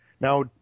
Now